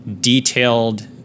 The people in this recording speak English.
detailed